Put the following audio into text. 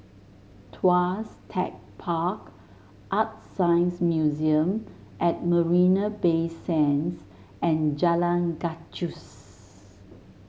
Tuas Tech Park ArtScience Museum at Marina Bay Sands and Jalan Gajus